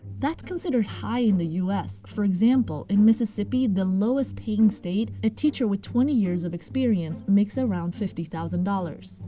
that's considered high in the u s. for example, in mississippi, the lowest paying state, a teacher with twenty years of experience makes around fifty thousand dollars.